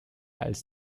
als